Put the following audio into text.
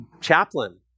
chaplain